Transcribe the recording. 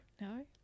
No